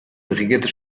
brigitte